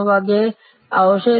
30 વાગ્યે આવશે